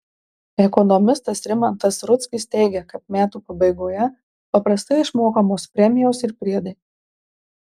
ekonomistas rimantas rudzkis teigia kad metų pabaigoje paprastai išmokamos premijos ir priedai